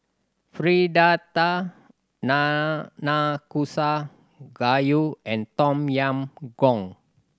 Fritada Nanakusa Gayu and Tom Yam Goong